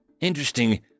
Interesting